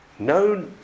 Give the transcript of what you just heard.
No